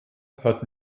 hat